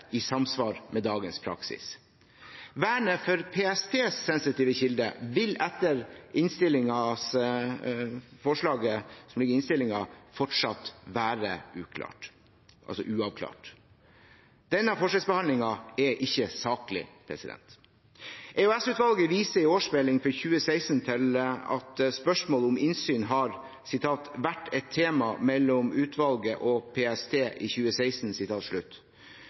i samsvar med dagens praksis. Vernet for PSTs sensitive kilder vil etter forslaget som ligger i innstillingen, fortsatt være uavklart. Denne forskjellsbehandlingen er ikke saklig. EOS-utvalget viser i årsmelding for 2016 til at spørsmål om innsyn «har vært et tema mellom utvalget og PST i 2016».